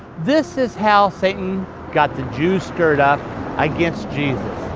this is how satan got the jews stirred up against jesus.